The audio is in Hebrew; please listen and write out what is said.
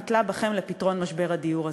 נתלות בכם לפתרון משבר הדיור הזה.